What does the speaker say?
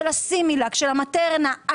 של הסימילאק, של המטרנה.